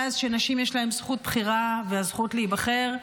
מאז שנשים יש להן זכות בחירה והזכות להיבחר,